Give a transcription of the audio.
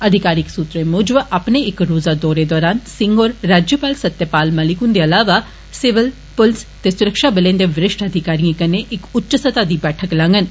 अधिकारिक सूत्रें मुजब अपने इक रोज़ा दौरे दौरान सिंह होर राज्यपाल सत्यपाल मलिक हुन्दे अलावा सिविल पुलिस ते सुरक्षाबलें दे वरिष्ठ अधिकारियें कन्नै इक उच्च स्तह दी बैठक लांगन